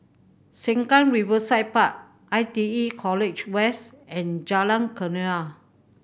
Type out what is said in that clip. Sengkang Riverside Park I T E College West and Jalan Kenarah